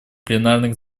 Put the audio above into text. пленарных